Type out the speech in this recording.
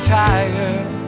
tired